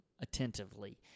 attentively